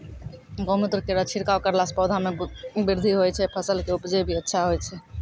गौमूत्र केरो छिड़काव करला से पौधा मे बृद्धि होय छै फसल के उपजे भी अच्छा होय छै?